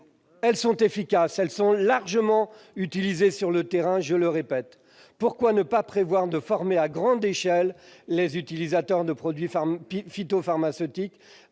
sont efficaces et largement utilisés sur le terrain. Dans ces conditions, pourquoi ne pas prévoir de former à grande échelle les utilisateurs de produits phytopharmaceutiques à